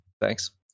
Thanks